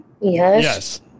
Yes